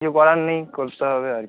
কিছু করার নেই করতে হবে আরকি